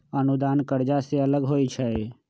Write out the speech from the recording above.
अनुदान कर्जा से अलग होइ छै